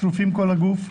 שרופים בכל הגוף,